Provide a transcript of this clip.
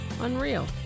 Unreal